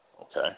okay